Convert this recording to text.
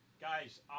guys